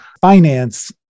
finance